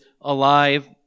alive